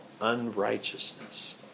unrighteousness